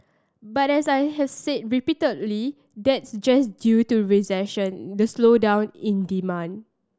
but as I've said repeatedly that's just due to recession the slowdown in demand